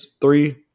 three